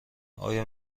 آیا